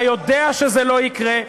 אתה יודע שזה לא יקרה,